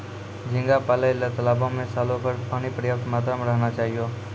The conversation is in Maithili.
झींगा पालय ल तालाबो में सालोभर पानी पर्याप्त मात्रा में रहना चाहियो